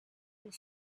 and